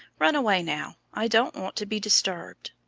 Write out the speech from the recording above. run away now i don't want to be disturbed.